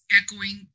echoing